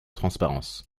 transparence